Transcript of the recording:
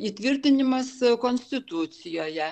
įtvirtinimas konstitucijoje